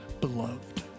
beloved